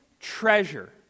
treasure